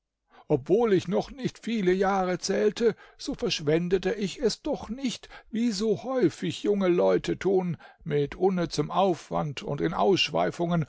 obwohl ich noch nicht viele jahre zählte so verschwendete ich es doch nicht wie so häufig junge leute tun mit unnützem aufwand und in ausschweifungen